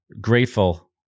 grateful